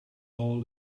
all